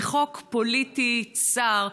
זה חוק פוליטי צר,